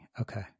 Okay